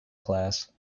class